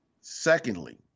Secondly